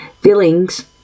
feelings